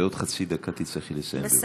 בעוד חצי דקה תצטרכי לסיים, בבקשה.